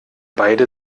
beide